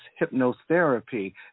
hypnotherapy